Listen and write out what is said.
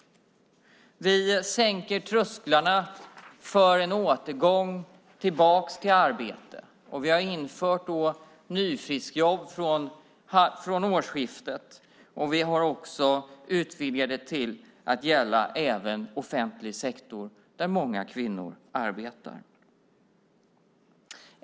Vi sänker trösklarna för en återgång tillbaka till arbete. Och vi har infört nyfriskjobb från årsskiftet. Vi har också utvidgat dem till att gälla även offentlig sektor, där många kvinnor arbetar.